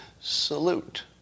salute